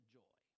joy